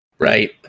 Right